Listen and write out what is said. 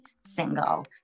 single